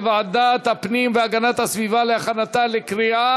לוועדת הפנים והגנת הסביבה נתקבלה.